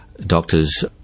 Doctors